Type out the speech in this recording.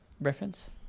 reference